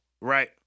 Right